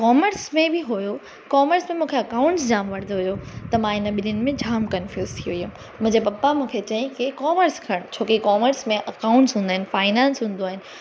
commerce में बि हुयो कॉमर्स में मूंखे अकाउंट्स जामु वणंदो हुयो त मां इन ॿिन्हिनि में जामु कन्फयूस थी वियमि मुंहिंजे पप्पा मूंखे चयाईं की कॉमर्स खणु छोकी कॉमर्स में अकाउंट्स हूंदा आहिनि फाइनेंस हूंदो आहे